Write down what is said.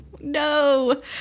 no